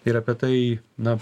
ir apie tai na